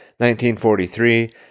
1943